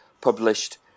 published